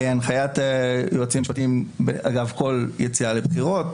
בהנחיית היועצים המשפטיים אגב כל יציאה לבחירות,